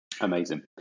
Amazing